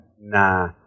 Nah